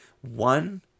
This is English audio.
One